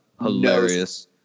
hilarious